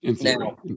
Now